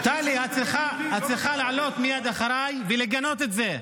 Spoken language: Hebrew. טלי, את צריכה לעלות מייד אחריי ולגנות את זה.